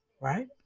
right